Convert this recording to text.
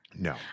No